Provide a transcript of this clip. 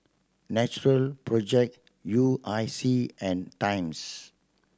Natural Project U I C and Times